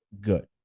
good